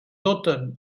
doten